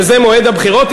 שזה מועד הבחירות,